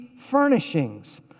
furnishings